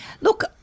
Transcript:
Look